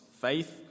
faith